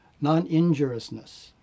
non-injuriousness